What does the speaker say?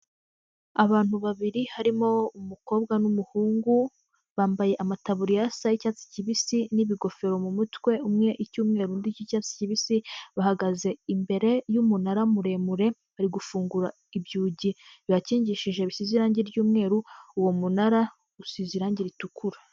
Abantu 2 harimo umukobwa n'umuhungu bambaye amatabuririyasa icyatsi kibisi n'ibigofero mu mutwe umwe icyumweru cy'icyatsi kibisi bahagaze imbere y'umunara muremure bari gufungura ibyugi bibhakingishije bisize irangi ry'yumweru uwo munara usize irangi ritukura.